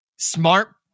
Smart